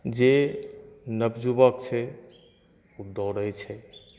जे नबजुबक छै दौड़ैत छथि